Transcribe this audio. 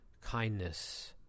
kindness